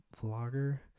vlogger